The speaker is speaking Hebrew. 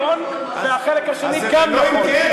והחלק השני גם לא נכון.